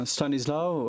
Stanislav